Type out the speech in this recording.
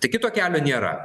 tai kito kelio nėra